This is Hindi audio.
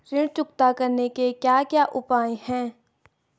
ऋण चुकता करने के क्या क्या उपाय हैं?